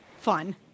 Fun